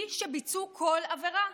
בלי שביצעו כל עבירה,